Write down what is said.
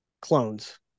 clones